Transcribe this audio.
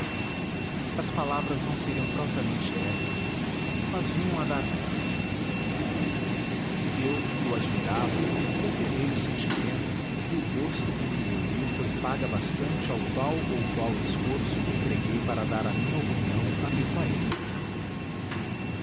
as palavras não seriam propriamente essas mas vinham www nead unama br a dar nelas eu que o admirava confirmei lhe o sentimento e o gosto com que me ouviu foi paga bastante ao tal ou qual esforço que empreguei para dar à minha opinião a mesma ênfase